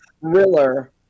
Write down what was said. thriller